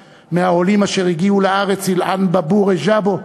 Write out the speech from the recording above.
מהעולים אשר הגיעו לארץ: אינעל דין באבור אילי ג'בהו.